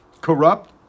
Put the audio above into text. corrupt